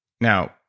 Now